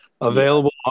available